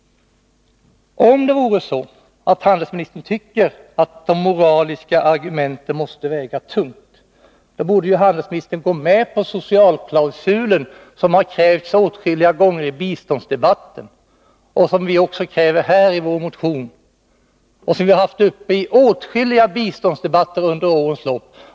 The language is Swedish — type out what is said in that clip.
Om det vore så att handelsministern tycker att de moraliska argumenten måste väga tungt, borde handelsministern gå med på socialklausulen, som vi har tagit upp åtskilliga gånger i biståndsdebatter under årens lopp och som vi också kräver nu i vår motion.